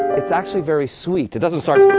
it's actually very sweet. it doesn't start